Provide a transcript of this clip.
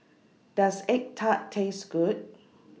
Does Egg Tart Taste Good